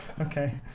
Okay